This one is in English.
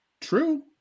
True